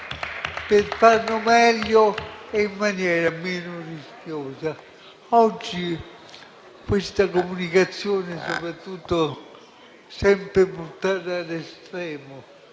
per farlo meglio e in maniera meno rischiosa. Oggi questa comunicazione è sempre portata all'estremo